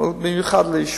אבל במיוחד לעישון.